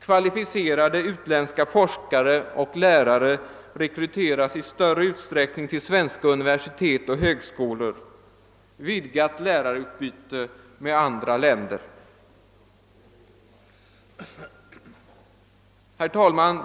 Kvalificerade utländska forskare och lärare rekryteras i större utsträckning till svenska universitet och högskolor. Vidgat lärarutbyte med andra länder. Herr talman!